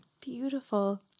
Beautiful